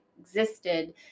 existed